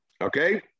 Okay